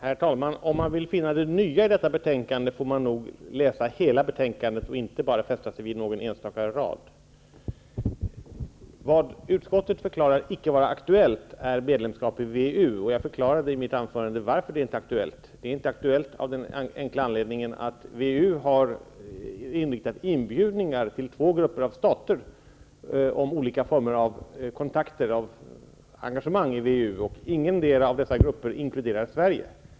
Herr talman! Om man vill finna det nya i detta betänkande, får man nog läsa hela betänkandet och inte bara fästa sig vid någon enstaka rad. Vad utskottet förklarar icke vara aktuellt är medlemskap i WEU. Jag förklarade i mitt anförande varför det inte är aktuellt. Det är av den enkla anledningen att WEU har riktat inbjudningar till två grupper av stater om olika former av engagemang. Ingendera av dessa grupper inkluderar Sverige.